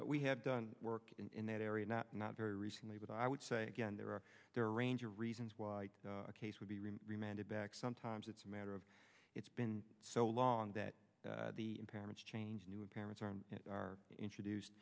mister we have done work in that area not not very recently but i would say again there are there are a range of reasons why a case would be remanded back sometimes it's a matter of it's been so long that the parents change and parents are introduc